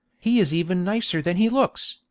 he is even nicer than he looks,